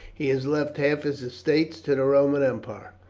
he has left half his estates to the roman emperor.